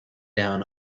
down